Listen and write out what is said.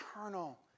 eternal